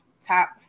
top